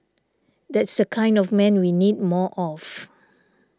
that's the kind of man we need more of